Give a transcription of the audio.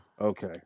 Okay